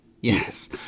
Yes